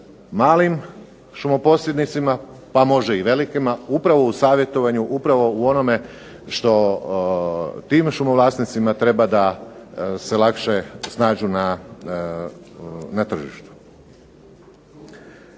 malim šumoposjednicima, pa može i velikima, upravo u savjetovanju, upravo u onome što tim šumovlasnicima treba da se lakše snađu na tržištu.